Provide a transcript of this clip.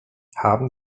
haben